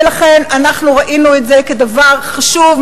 ולכן אנחנו ראינו את זה כדבר חשוב,